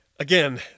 Again